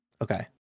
Okay